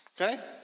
Okay